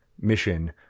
mission